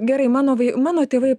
gerai mano mano tėvai